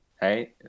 Hey